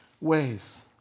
ways